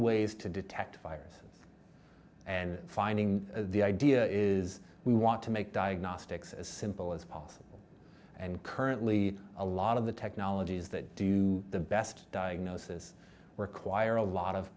ways to detect fires and finding the idea is we want to make diagnostics as simple as possible and currently a lot of the technologies that do the best diagnosis require a lot of